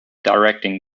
directing